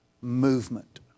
movement